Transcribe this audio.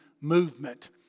movement